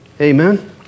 Amen